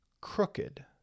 crooked